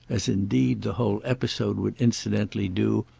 as indeed the whole episode would incidentally do,